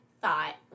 thought